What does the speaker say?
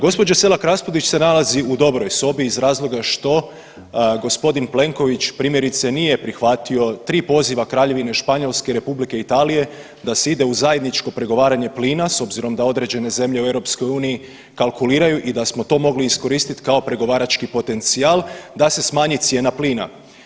Gospođa Selak-Raspudić se nalazi u dobroj sobi iz razloga što gospodin Plenković primjerice nije prihvatio tri poziva Kraljevine Španjolske, Republike Italije da se ide u zajedničko pregovaranje plina s obzirom da određene zemlje u EU kalkuliraju i da smo to mogli iskoristiti kao pregovarački potencijal da se smanji cijena plina.